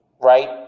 right